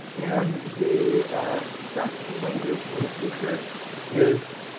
and the stuff that you might use for a t-shirt is,